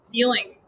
feeling